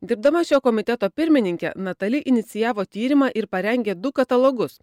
dirbdama šio komiteto pirmininke natal inicijavo tyrimą ir parengė du katalogus